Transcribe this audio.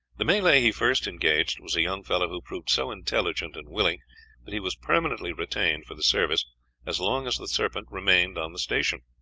the malay he first engaged was a young fellow who proved so intelligent and willing that he was permanently retained for the service as long as the serpent remained on the station.